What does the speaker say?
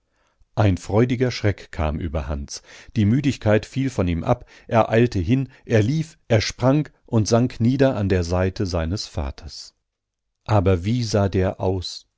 ein freudiger schreck kam über hans die müdigkeit fiel von ihm ab er eilte hin er lief er sprang und sank nieder an der seite seines vaters aber wie sah der aus